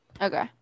Okay